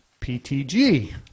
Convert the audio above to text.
PTG